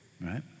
right